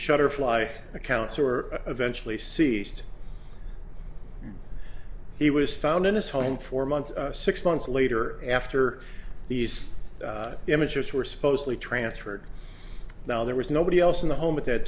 shutterfly accounts or eventually seized he was found in his home for months six months later after these images were supposedly transferred now there was nobody else in the home at that